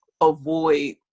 avoid